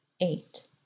eight